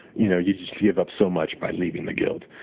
you know you just give up so much by leaving the guild.